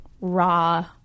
raw